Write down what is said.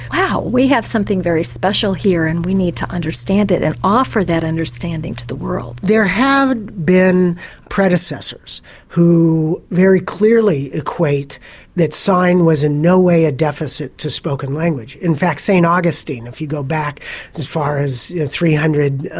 wow, we have something very special here and we need to understand it and offer that understanding to the world. there have been predecessors who very clearly equate that sign was in no way a deficit to spoken language. in fact st augustine, if you go back as far as ad three hundred,